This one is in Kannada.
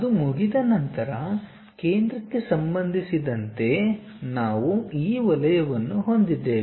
ಅದು ಮುಗಿದ ನಂತರ ಕೇಂದ್ರಕ್ಕೆ ಸಂಬಂಧಿಸಿದಂತೆ ನಾವು ಈ ವಲಯವನ್ನು ಹೊಂದಿದ್ದೇವೆ